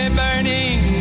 burning